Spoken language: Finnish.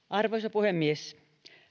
arvoisa puhemies